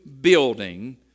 building